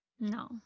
no